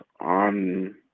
on